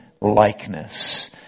likeness